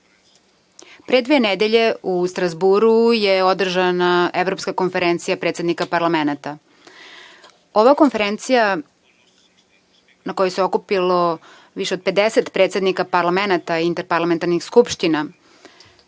dve nedelje u Strazburu je održana Evropska konferencija predsednika parlamenata. Ova konferencija, na kojoj se okupilo više od 50 predsednika parlamenata interparlamentarnih skupština,